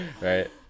right